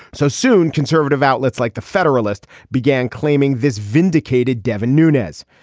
so soon, conservative outlets like the federalist began claiming this vindicated devin nunez.